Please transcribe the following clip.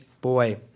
boy